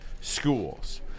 schools